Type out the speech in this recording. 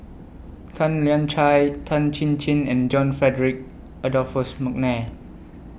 Tan Lian Chye Tan Chin Chin and John Frederick Adolphus Mcnair